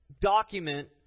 document